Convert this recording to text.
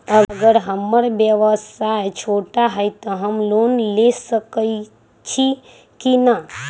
अगर हमर व्यवसाय छोटा है त हम लोन ले सकईछी की न?